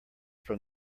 from